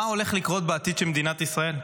מה הולך לקרות בעתיד של מדינת ישראל?